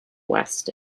west